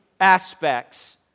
aspects